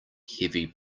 heavy